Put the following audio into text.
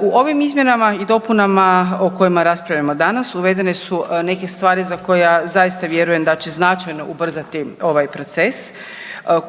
U ovim izmjenama i dopunama o kojima raspravljamo danas uvedene su neke stvari za koje ja zaista vjerujem da će značajno ubrzati ovaj proces